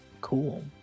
Cool